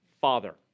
father